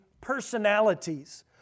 personalities